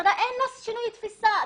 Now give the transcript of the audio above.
ולמשטרה אין שינוי תפיסה.